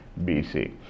BC